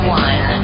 one